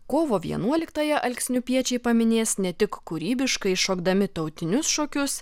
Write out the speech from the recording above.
kovo vienuoliktąją alksniupiečiai paminės ne tik kūrybiškai šokdami tautinius šokius